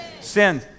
Sin